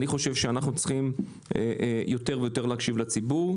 אני חושב שאנחנו צריכים יותר ויותר להקשיב לציבור,